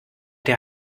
der